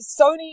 Sony